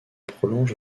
prolonge